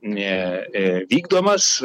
ne vykdomas